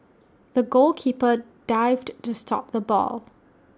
the goalkeeper dived to stop the ball